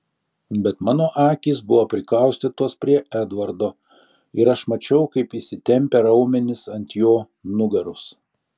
bet mano akys buvo prikaustytos prie edvardo ir aš mačiau kaip įsitempę raumenys ant jo nugaros